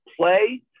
play